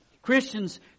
Christians